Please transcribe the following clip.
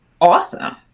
awesome